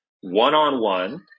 one-on-one